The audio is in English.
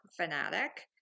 fanatic